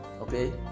Okay